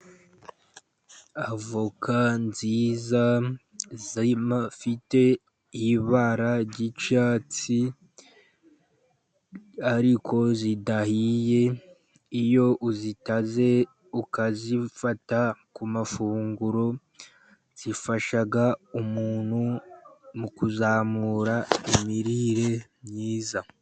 Avoka nziza zifite ibara ry'icyatsi, ariko zidahiye, iyo uzitaze ukazifata ku mafunguro, zifasha umuntu mu kuzamura imirire myiza.